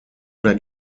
oder